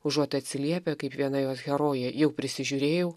užuot atsiliepę kaip viena jos herojė jau prisižiūrėjau